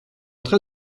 train